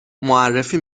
معرفی